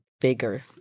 bigger